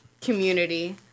community